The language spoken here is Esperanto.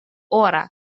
ora